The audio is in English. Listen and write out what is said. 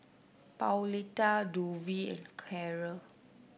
Pauletta Dovie and Karol